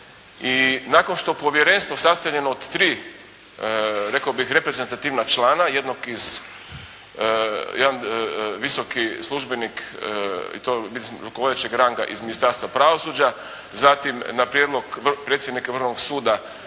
i nakon što povjerenstvo sastavljeno od tri rekao bih reprezentativna člana, jednog iz visoki službenik i to rukovodećeg ranga iz Ministarstva pravosuđa. Zatim, na prijedlog predsjednika Vrhovnog suda